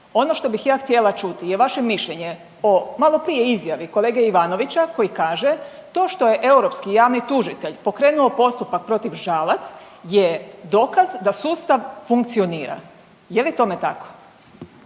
Ono što bih ja htjela čuti je vaše mišljenje o malo prije izjavi kolege Ivanovića, koji kaže, to što je europski javni tužitelj pokrenuo postupak protiv Žalac je dokaz da sustav funkcionira. Je li tome tako?